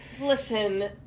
Listen